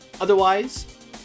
otherwise